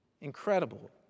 Incredible